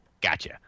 Gotcha